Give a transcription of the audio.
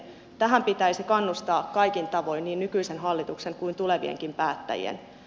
tähän pitäisi kannustaa kaikin tavoin niin nykyisen hallituksen kuin tulevienkin päättäjien